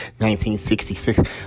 1966